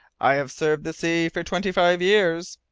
i have served the sea for twenty-five years.